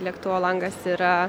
lėktuvo langas yra